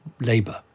Labour